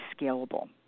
scalable